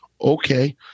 Okay